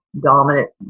dominant